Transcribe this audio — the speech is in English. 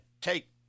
take